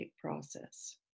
process